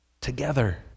together